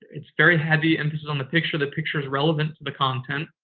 it's very heavy emphasis on the picture. the picture is relevant to the content.